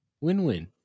win-win